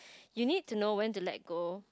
you need to know when to let go